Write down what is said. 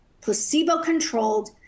placebo-controlled